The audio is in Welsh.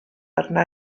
arna